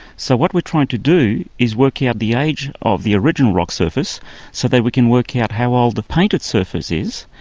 so what we're trying to do is work out the age of the original rock surface so that we can work out how old the painted surface is,